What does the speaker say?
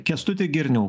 kęstuti girniau